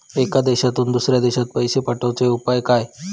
एका देशातून दुसऱ्या देशात पैसे पाठवचे उपाय काय?